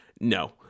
No